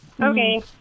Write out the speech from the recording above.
Okay